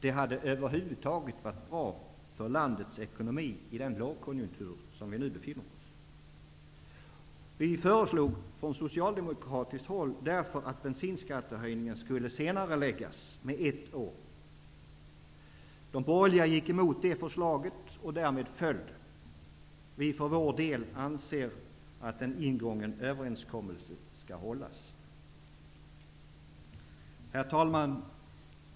Det hade över huvud taget varit bra för landets ekonomi i den lågkonjunktur som vi nu befinner oss i. Vi socialdemokrater föreslog därför att bensinskattehöjningen skulle senareläggas med ett år. De borgerliga gick emot detta förslag, och därmed föll det. Vi för vår del anser att en ingången överenskommelse skall hållas. Herr talman!